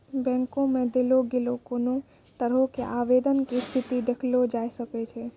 बैंको मे देलो गेलो कोनो तरहो के आवेदन के स्थिति देखलो जाय सकै छै